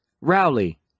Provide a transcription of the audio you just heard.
Rowley